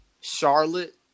Charlotte